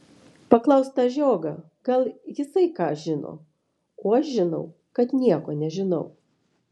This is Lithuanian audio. paklausk tą žiogą gal jisai ką žino o aš žinau kad nieko nežinau